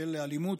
של אלימות,